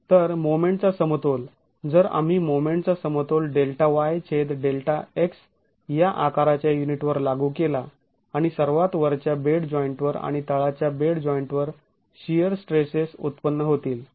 तर मोमेंटचा समतोल जर आम्ही मोमेंटचा समतोल Δy छेद Δx या आकाराच्या युनिटवर लागू केला आणि सर्वात वरच्या बेड जॉईंट वर आणि तळाच्या बेड जॉईंट वर शिअर स्ट्रेसेस उत्पन्न होतील